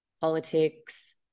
politics